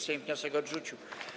Sejm wniosek odrzucił.